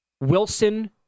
Wilson